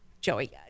joey